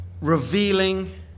revealing